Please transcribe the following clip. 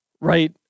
right